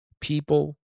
people